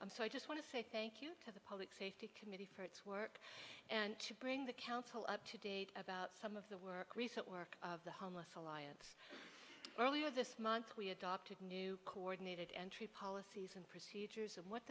i'm so i just want to say thank you to the public safety can for its work and to bring the council up to date about some of the work recent work of the homeless alliance earlier this month we adopted new coordinated entry policies and procedures and what